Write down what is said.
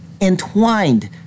entwined